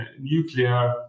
nuclear